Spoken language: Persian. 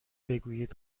بگویید